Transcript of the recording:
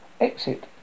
exit